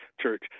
church